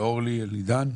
אורלי אלידן.